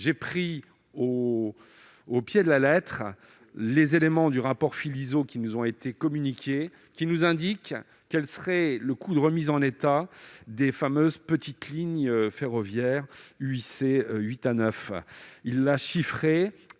j'ai pris au pied de la lettre les éléments du rapport Philizot qui nous ont été communiqués et qui précisent le coût de remise en état des fameuses petites lignes ferroviaires UIC 8 et 9. Ce coût est chiffré